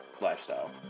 lifestyle